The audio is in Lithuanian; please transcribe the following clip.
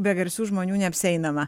be garsių žmonių neapsieinama